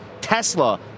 Tesla